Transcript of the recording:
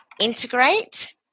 integrate